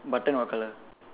button what color